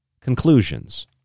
conclusions